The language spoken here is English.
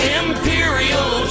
imperial